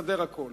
יסתדר הכול.